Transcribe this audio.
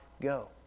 go